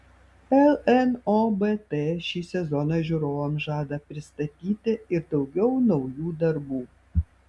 lnobt šį sezoną žiūrovams žada pristatyti ir daugiau naujų darbų